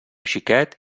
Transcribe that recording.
xiquet